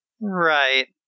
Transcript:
Right